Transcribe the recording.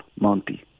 Monty